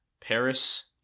Paris